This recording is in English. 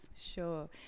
sure